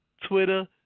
Twitter